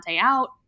out